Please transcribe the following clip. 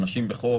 אנשים בחוב,